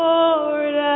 Lord